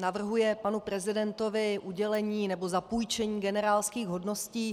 navrhuje panu prezidentovi udělení nebo zapůjčení generálských hodností.